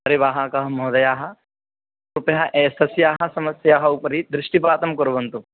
परिवाहक महोदय कृपया एतस्याः समस्या उपरि दृष्टिपातं कुर्वन्तु